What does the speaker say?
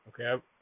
Okay